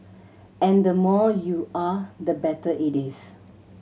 and the more you are the better it is